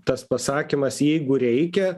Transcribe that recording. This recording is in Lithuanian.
tas pasakymas jeigu reikia